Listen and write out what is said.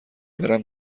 برم